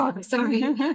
Sorry